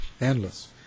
Endless